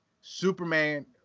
Superman